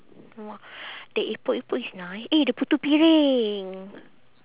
!wah! the epok epok is nice eh the putu piring